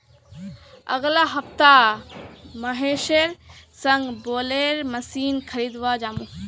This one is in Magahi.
अगला हफ्ता महेशेर संग बेलर मशीन खरीदवा जामु